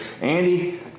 Andy